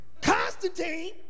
Constantine